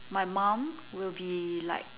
my mom will be like